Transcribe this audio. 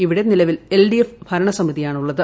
ഇവിടെ നിലവിൽ എൽഡിഎഫ് ഭരണസമിതിയാണുള്ളത്